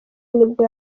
nibwo